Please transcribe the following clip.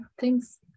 Thanks